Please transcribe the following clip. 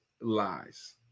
lies